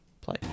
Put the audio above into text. play